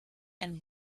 and